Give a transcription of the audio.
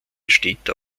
steter